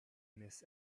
miss